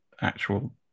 actual